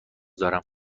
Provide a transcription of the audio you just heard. دارم